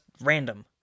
random